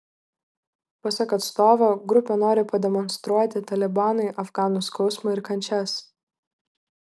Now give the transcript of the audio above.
pasak atstovo grupė nori pademonstruoti talibanui afganų skausmą ir kančias